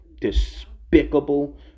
Despicable